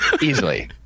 easily